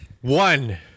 One